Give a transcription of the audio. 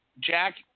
Jack